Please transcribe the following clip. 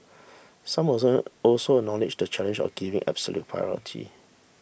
some also acknowledged the challenge of giving absolute priority